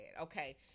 Okay